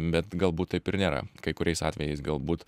bet galbūt taip ir nėra kai kuriais atvejais galbūt